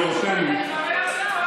כל הכבוד,